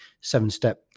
seven-step